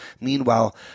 meanwhile